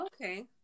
Okay